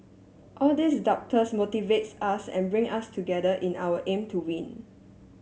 all these doubters motivates us and bring us together in our aim to win